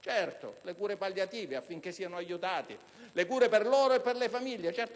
Certo, le cure palliative affinché siano aiutati. Le cure per loro e le famiglie. C'è